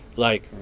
like,